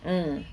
mm